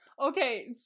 Okay